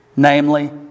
Namely